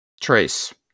Trace